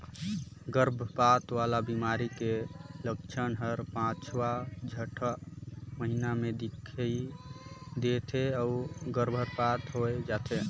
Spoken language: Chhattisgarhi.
गरभपात वाला बेमारी के लक्छन हर पांचवां छठवां महीना में दिखई दे थे अउ गर्भपात होय जाथे